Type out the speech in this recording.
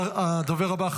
הדובר הבא,